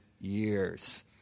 years